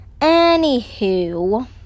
Anywho